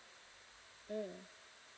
mm